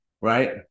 right